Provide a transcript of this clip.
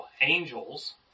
angels